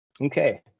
okay